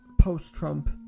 post-Trump